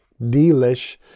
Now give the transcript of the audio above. delish